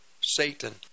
Satan